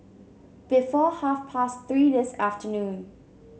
before half past Three this afternoon